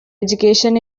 education